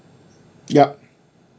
yup